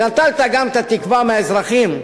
ונטלת גם את התקווה מהאזרחים,